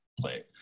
play